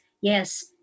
Yes